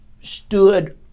stood